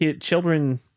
children